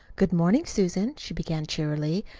good-morning, susan, she began cheerily,